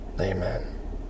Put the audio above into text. Amen